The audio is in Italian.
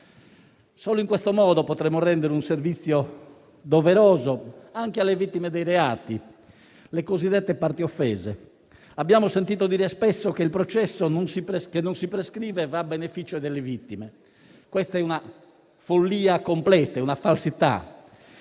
Solo in questo modo potremo rendere un servizio doveroso anche alle vittime dei reati, le cosiddette parti offese. Abbiamo sentito dire spesso che il processo che non si prescrive va a beneficio delle vittime: è una follia completa, una falsità.